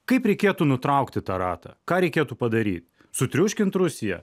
kaip reikėtų nutraukti tą ratą ką reikėtų padaryt sutriuškint rusiją